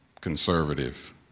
conservative